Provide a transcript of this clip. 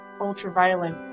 ultraviolet